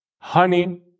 honey